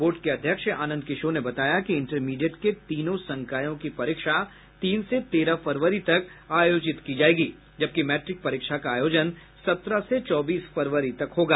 board के अध्यक्ष आनंद किशोर ने बताया कि इंटरमीडिएट के तीनों संकायों की परीक्षा तीन से तेरह फरवरी तक आयोजित की जायेगी जबकि मैट्रिक परीक्षा का आयोजन सत्रह से चौबीस फरवरी तक होगा